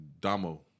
Damo